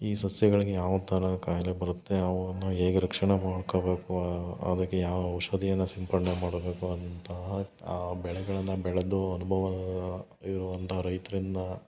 ಈ ಸಸ್ಯಗಳಿಗೆ ಯಾವ ಥರ ಕಾಯಿಲೆ ಬರುತ್ತೆ ಅವನ್ನು ಹೇಗೆ ರಕ್ಷಣೆ ಮಾಡ್ಕೊಬೇಕು ಅದಕ್ಕೆ ಯಾವ ಔಷಧಿಯನ್ನ ಸಿಂಪಡಣೆ ಮಾಡಬೇಕು ಅಂತಹ ಆ ಬೆಳೆಗಳನ್ನ ಬೆಳೆದು ಅನುಭವ ಇರುವಂಥ ರೈತ್ರಿಂದ